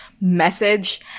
message